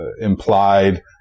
implied